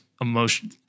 emotion